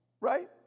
Right